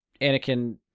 Anakin